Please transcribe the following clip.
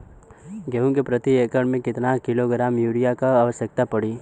गेहूँ के प्रति एक एकड़ में कितना किलोग्राम युरिया क आवश्यकता पड़ी?